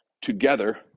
together